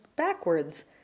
backwards